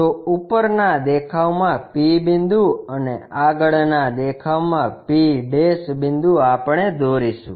તો ઉપરના દેખાવમાં p બિંદુ અને આગળનાં દેખાવમાં p બિંદુ આપણે દોરીશું